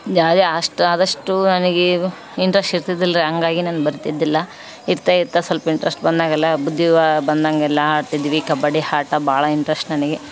ಯಾವುದೆ ಅಷ್ಟು ಆದಷ್ಟು ನನಗೆ ಇಂಟ್ರಸ್ಟ್ ಇರ್ತಿದಿಲ್ರಿ ಹಂಗಾಗಿ ನಾನ್ ಬರ್ತ್ತಿದಿಲ್ಲ ಇರ್ತ ಇರ್ತ ಸ್ವಲ್ಪ್ ಇಂಟ್ರೆಸ್ಟ್ ಬಂದಾಗೆಲ್ಲ ಬುದ್ದಿ ಬಂದಂಗೆಲ್ಲ ಆಡ್ತಿದ್ವಿ ಕಬ್ಬಡಿ ಆಟ ಭಾಳ ಇಂಟ್ರಸ್ಟ್ ನನಗೆ